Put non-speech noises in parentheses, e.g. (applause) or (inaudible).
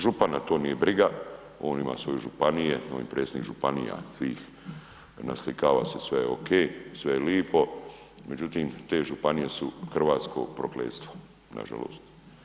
Župana to nije briga, on ima svoje županije, ... (unintelligible) predstavnik županija svih, naslikama se sve okej, sve lipo, međutim te županije su hrvatsko prokletstvo, nažalost.